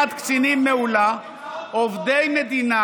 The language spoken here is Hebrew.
עובדי מדינה